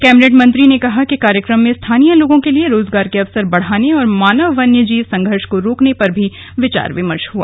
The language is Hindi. कैबिनेट मंत्री ने कहा कि कार्यक्रम में स्थानीय लोगों के लिए रोजगार के अवसर बढ़ाने और मानव वन्यजीव संघर्ष को रोकने पर भी विचार विमर्श हुआ